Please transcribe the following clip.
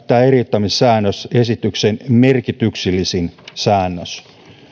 tämä eriyttämissäännös on esityksen merkityksellisin säännös